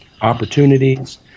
opportunities